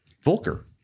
Volker